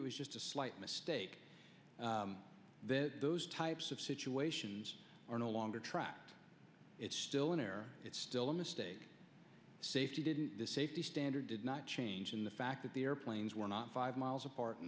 it was just a slight mistake that those types of situations are no longer tracked it's still an error it's still a mistake safety didn't the safety standard did not change in the fact that the airplanes were not five miles apart